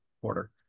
quarter